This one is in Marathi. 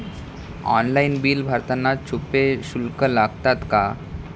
ऑनलाइन बिल भरताना छुपे शुल्क लागतात का?